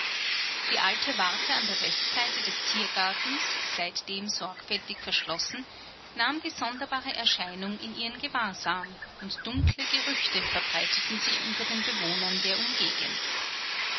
die alte warte an der westseite des tiergartens seitdem sorgfältig verschlossen nahm die sonderbare erscheinung in ihren gewahrsam und dunkle gerüchte verbreiteten sich unter den bewohnern der umgegend